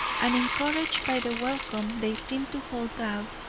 and encouraged by the welcome they seem to hold out,